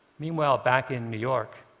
meanwhile, back in new york,